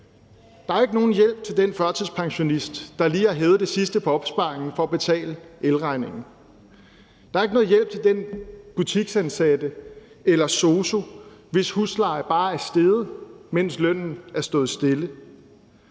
Der er ikke nogen hjælp til den førtidspensionist, der lige har hævet det sidste på opsparingen for at betale elregningen. Der er ikke noget hjælp til den butiksansatte eller den sosu, hvis husleje bare er steget, mens lønnen har stået stille.